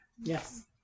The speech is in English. Yes